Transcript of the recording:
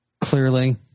clearly